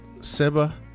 Seba